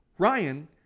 Ryan